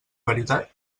veritat